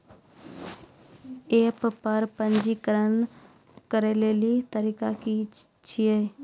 App पर पंजीकरण करै लेली तरीका की छियै?